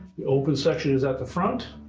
the open section is at the front.